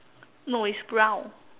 no it's brown